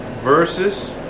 versus